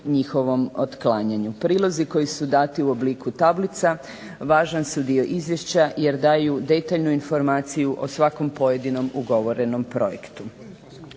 njihovom otklanjanju. Prilozi koji su dati u obliku tablica važan su dio izvješća jer daju detaljnu informaciju o svakom pojedinom ugovorenom projektu.